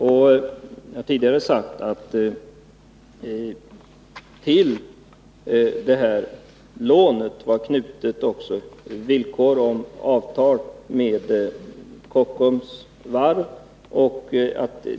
Tidigare har jag sagt att till lånet hade knutits villkor om avtal med Kockums varv.